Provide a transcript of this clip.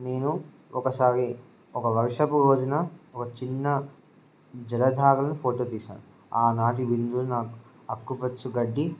నేను ఒకసారి ఒక వర్షపు రోజున ఒక చిన్న జలధారలను ఫోటో తీశాను ఆ నాటి విందులు నా ఆకుపచ్చ గడ్డి